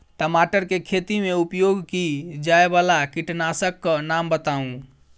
टमाटर केँ खेती मे उपयोग की जायवला कीटनासक कऽ नाम बताऊ?